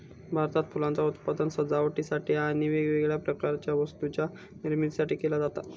भारतात फुलांचा उत्पादन सजावटीसाठी आणि वेगवेगळ्या प्रकारच्या वस्तूंच्या निर्मितीसाठी केला जाता